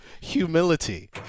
humility